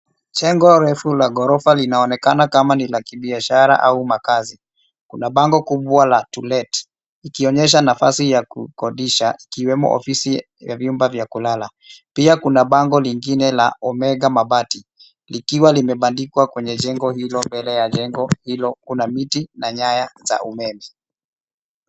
Jengo refu la ghorofa linaonekana kama ni la kibiashara au makazi. Kuna bango kubwa la to let ikionyesha nafasi ya kukodisha ikiwemo ofisi na vyumba vya kulala. Pia kuna bango lingine la Omega Mabati likiwa limebandikwa kwenye jengo hilo. Mbele ya jengo hilo kuna miti na nyaya za umeme.